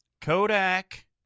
Kodak